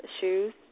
shoes